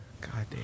Goddamn